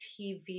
tv